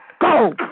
Go